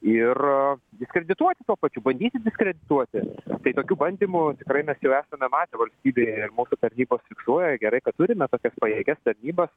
ir diskredituoti tuo pačiu bandyti diskredituoti tai tokių bandymų tikrai mes jau esame matę valstybėj mūsų tarnybos fiksuoja gerai kad turime tokias pajėgias tarnybas